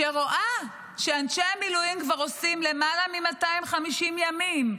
שרואה שאנשי המילואים כבר עושים למעלה מ-250 ימים,